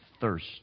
thirst